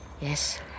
Yes